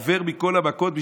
עובר בכל המכות,